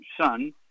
son